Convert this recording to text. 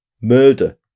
Murder